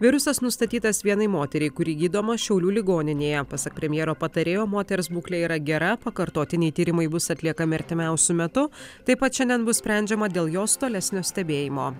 virusas nustatytas vienai moteriai kuri gydoma šiaulių ligoninėje pasak premjero patarėjo moters būklė yra gera pakartotiniai tyrimai bus atliekami artimiausiu metu taip pat šiandien bus sprendžiama dėl jos tolesnio stebėjimo